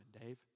Dave